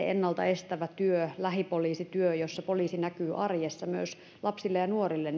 ennalta estävä työ lähipoliisityö jossa poliisi näkyy arjessa myös lapsille ja nuorille